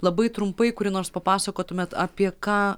labai trumpai kuri nors papasakotumėt apie ką